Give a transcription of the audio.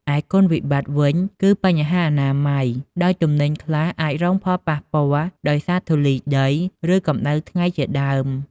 ឯគុណវិបត្តិវិញ គឺបញ្ហាអនាម័យ ដោយទំនិញខ្លះអាចរងផលប៉ះពាល់ដោយសារធូលីដី ឬកម្តៅថ្ងៃជាដើម។